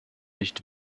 nicht